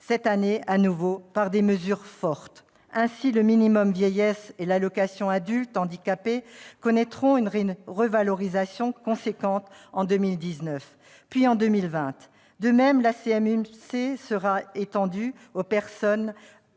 cette année de nouveau par des mesures fortes. Ainsi, le minimum vieillesse et l'allocation aux adultes handicapés connaîtront une revalorisation importante en 2019, puis en 2020. De même, la CMU-C sera étendue aux personnes